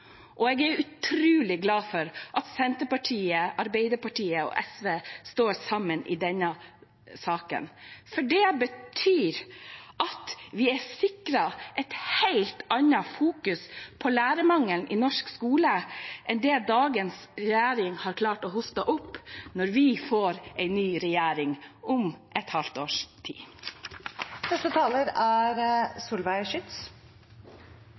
Jeg er utrolig glad for at Senterpartiet, Arbeiderpartiet og SV står sammen i denne saken, for det betyr at vi er sikret et helt annet fokus på lærermangelen i norsk skole enn det dagens regjering har klart å hoste opp, når vi får en ny regjering om et halvt års